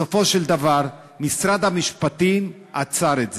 בסופו של דבר, משרד המשפטים עצר את זה.